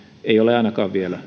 ei ole ainakaan vielä